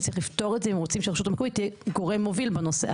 וצריך לפתור את זה אם רוצים שהרשות המקומית תהיה גורם מוביל בנושא.